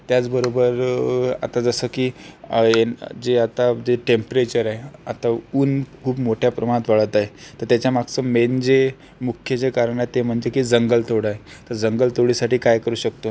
त्याचबरोबर आता जसं की जे आता जे टेम्परेचर आहे आता ऊन खूप मोठ्या प्रमाणात वाढत आहे त्याच्या मागचं मेन जे मुख्य जे कारण हे ते म्हणजे की जे जंगलतोड हे जंगलतोडीसाठी काय करू शकतो